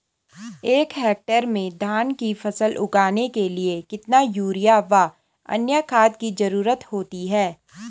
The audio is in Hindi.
एक हेक्टेयर में धान की फसल उगाने के लिए कितना यूरिया व अन्य खाद की जरूरत होती है?